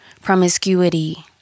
Promiscuity